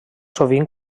sovint